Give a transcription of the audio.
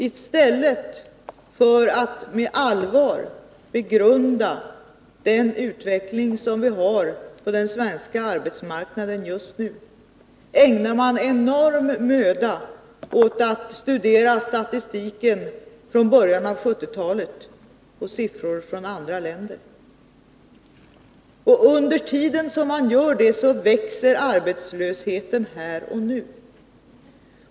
I stället för att med allvar begrunda den utveckling som vi har på den svenska arbetsmarknaden just nu ägnar man enorm möda åt att studera statistik från början av 1970-talet och siffror från andra länder. Och under tiden som man gör det växer arbetslösheten här och nu.